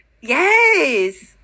Yes